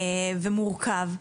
ומורכב,